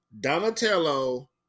Donatello